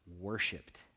worshipped